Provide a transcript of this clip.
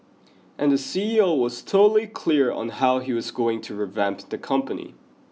and the C E O was totally clear on how he was going to revamp the company